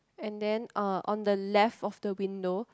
and then uh on the left of the window